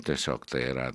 tiesiog tai yra